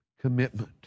commitment